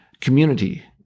community